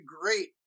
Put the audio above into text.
great